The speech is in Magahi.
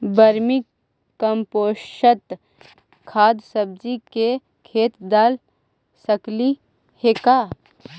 वर्मी कमपोसत खाद सब्जी के खेत दाल सकली हे का?